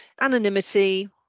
anonymity